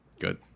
good